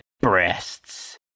breasts